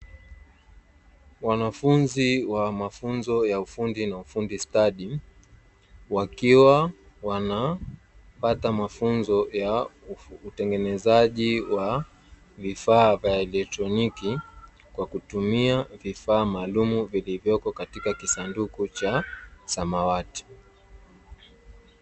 Wanafunzi wa mafunzo ya ufundi na ufundi stadi, wakiwa wanapata mafunzo ya utengenezaji wa vifaa vya eletroniki, kwa kutumia vifaa maalumu vilivyoko katika kisanduku cha samawati.